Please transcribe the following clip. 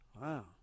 Wow